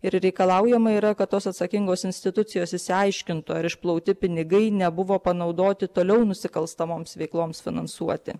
ir reikalaujama yra kad tos atsakingos institucijos išsiaiškintų ar išplauti pinigai nebuvo panaudoti toliau nusikalstamoms veikloms finansuoti